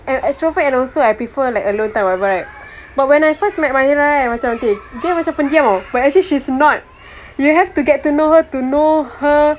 an extrovert and also I prefer like alone time or whatever right but when I first met mahirah kan macam okay dia macam pendiam [tau] but actually she's not you have to get to know her to know her